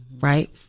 Right